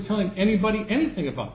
telling anybody anything about